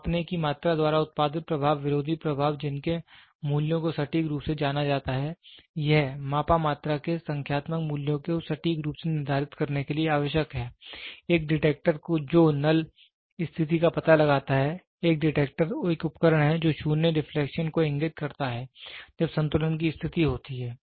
मापने की मात्रा द्वारा उत्पादित प्रभाव विरोधी प्रभाव जिनके मूल्यों को सटीक रूप से जाना जाता है यह मापा मात्रा के संख्यात्मक मूल्यों को सटीक रूप से निर्धारित करने के लिए आवश्यक है एक डिटेक्टर जो नल स्थिति का पता लगाता है एक डिटेक्टर एक उपकरण है जो 0 डिफ्लेक्शन को इंगित करता है जब संतुलन की स्थिति होती है